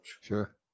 sure